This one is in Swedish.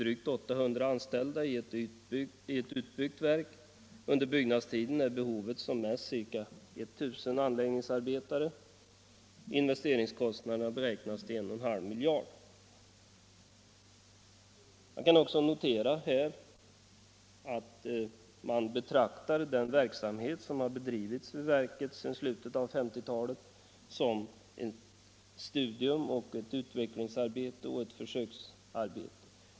Drygt 800 behöver anställas i ett utbyggt verk. Under byggnadstiden behövs som mest ca 1 000 anläggningsarbetare. Investeringskostnaderna beräknas till ca 1,5 miljarder kronor. Jag noterar att man betraktar den verksamhet som har bedrivits vid verket sedan slutet av 1950-talet som ett studium, ett utvecklingsoch försöksarbete.